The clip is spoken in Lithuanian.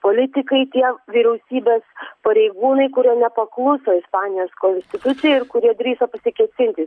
politikai tie vyriausybės pareigūnai kurie nepakluso ispanijos konstitucijai ir kurie drįso pasikėsinti